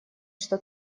что